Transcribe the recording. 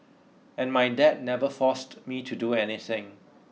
and my dad never forced me to do anything